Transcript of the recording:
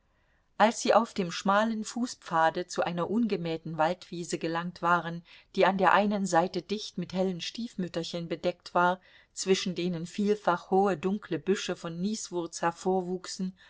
als sie auf dem schmalen fußpfade zu einer ungemähten waldwiese gelangt waren die an der einen seite dicht mit hellen stiefmütterchen bedeckt war zwischen denen vielfach hohe dunkle büsche von